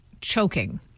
choking